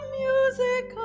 music